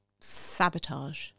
sabotage